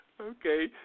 Okay